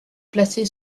placé